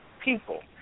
people